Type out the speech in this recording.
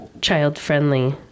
child-friendly